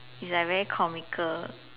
it's like very comical